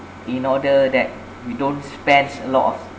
in order that we don't spends a lot of